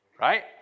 right